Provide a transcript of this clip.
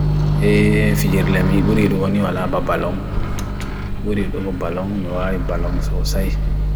Eee, figir lami, buriru waniru ala pa balong. Buriru waniru balong, nwa ay balong sosa'i.